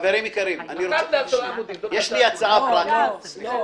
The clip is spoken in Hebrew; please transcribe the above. אחת לעשרה עמודים, זאת ההצעה שלי.